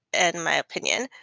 and my opinion.